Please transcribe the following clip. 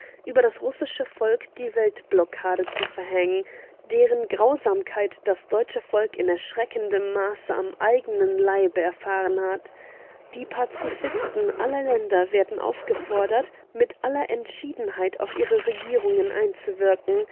über das russische volk die weltblockade zu verhängen deren grausamkeit das deutsche volk in erschreckendem maße am eigenen leibe erfahren hat die pazifisten aller länder werden aufgefordert mit aller entschiedenheit auf ihre regierungen einzuwirken